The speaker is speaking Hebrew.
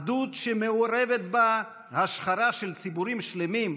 אחדות שמעורבת בה השחרה של ציבורים שלמים,